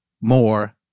more